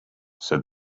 said